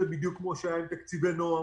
זה בדיוק כפי שהיה עם תקציבי נוער